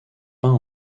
peint